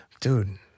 dude